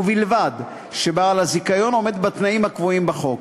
ובלבד שבעל הזיכיון עומד בתנאים הקבועים בחוק.